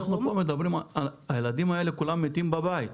אנחנו פה מדברים הילדים האלה כולם מתים בבית,